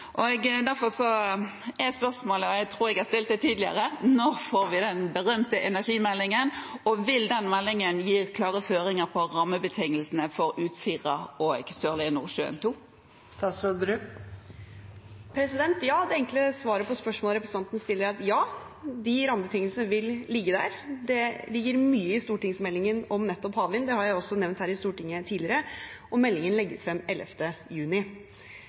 flytende. Derfor er spørsmålet, og jeg tror jeg har stilt det tidligere: Når får vi den berømte energimeldingen, og vil den meldingen gi klare føringer for rammebetingelsene for Utsira og Sørlige Nordsjø II? Det enkle svaret på spørsmålet representanten stiller, er ja. De rammebetingelsene vil ligge der. Det ligger mye i stortingsmeldingen om nettopp havvind, det har jeg også nevnt her i Stortinget tidligere, og meldingen legges frem 11. juni,